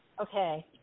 Okay